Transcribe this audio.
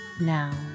Now